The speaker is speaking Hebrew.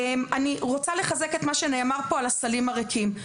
אני רוצה לחזק את מה שנאמר פה על הסלים הריקים.